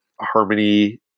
harmony